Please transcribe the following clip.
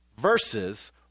versus